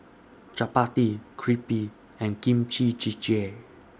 Chapati Crepe and Kimchi Jjigae